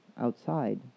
outside